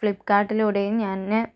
ഫ്ലിപ്പ്കാർട്ടിലൂടെയും ഞാന്